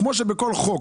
כמו שבכל חוק